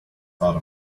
thought